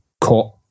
caught